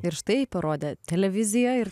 ir štai parodė televizija ir